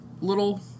little